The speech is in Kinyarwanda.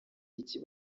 iki